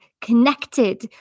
connected